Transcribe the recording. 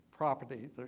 property